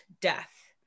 death